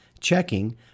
checking